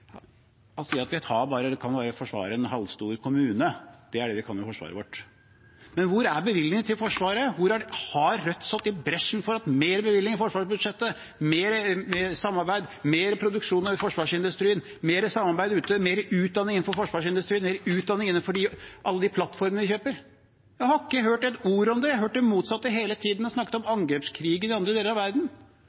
at vi bare kan forsvare en halvstor kommune. Det er det vi kan med forsvaret vårt. Men hvor er bevilgningene til Forsvaret? Har Rødt gått i bresjen for mer bevilgninger til forsvarsbudsjettet, mer samarbeid, mer produksjon i forsvarsindustrien, mer samarbeid ute, mer utdanning innenfor forsvarsindustrien, mer utdanning innenfor alle de plattformene vi kjøper? Jeg har ikke hørt et ord om det. Jeg har hørt det motsatte hele tiden – han har snakket om angrepskrig i andre deler av verden.